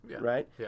right